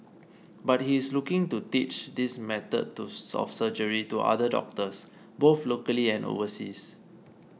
but he is looking to teach this method of surgery to other doctors both locally and overseas